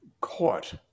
caught